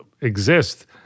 exist